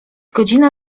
godzina